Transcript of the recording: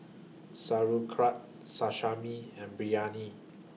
Sauerkraut Sashimi and Biryani